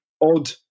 odd